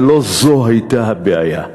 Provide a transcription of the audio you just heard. ולא זו הייתה הבעיה.